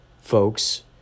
folks